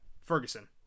Ferguson